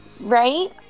Right